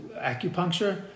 acupuncture